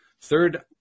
Third